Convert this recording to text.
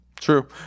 True